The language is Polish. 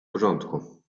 porządku